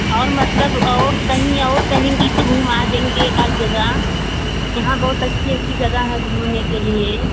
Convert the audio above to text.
और मतलब और कहीं और कहेंगी तो घुमा देंगे एक आध जगह यहाँ बहुत अच्छी अच्छी जगह हैं घूमने के लिए